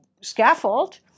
scaffold